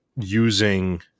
using